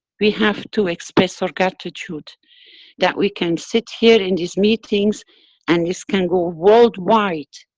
we have to express our gratitude that we can sit here in this meetings and this can go worldwide,